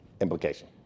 implication